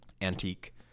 antique